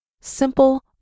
Simple